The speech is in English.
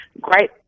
Great